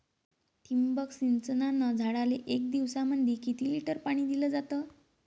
ठिबक सिंचनानं झाडाले एक दिवसामंदी किती लिटर पाणी दिलं जातं?